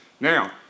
Now